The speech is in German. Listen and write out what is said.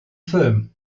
film